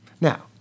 Now